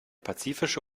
pazifische